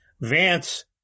Vance